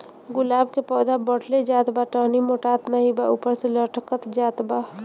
गुलाब क पौधा बढ़ले जात बा टहनी मोटात नाहीं बा ऊपर से लटक जात बा?